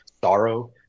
sorrow